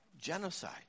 genocide